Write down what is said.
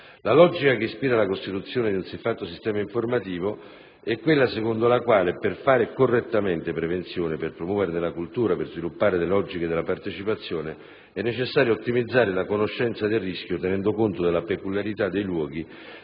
La logica che ispira la costituzione di un siffatto sistema informativo è quella secondo la quale, per fare correttamente prevenzione, per promuoverne la cultura e sviluppare le logiche della partecipazione, è necessario ottimizzare la conoscenza del rischio, tenendo conto della peculiarità dei luoghi